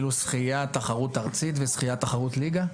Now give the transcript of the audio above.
שחייה תחרות ארצית ושחייה תחרות ליגה?